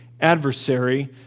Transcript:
adversary